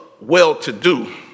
well-to-do